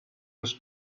was